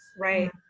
Right